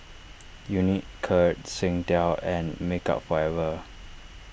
Unicurd Singtel and Makeup Forever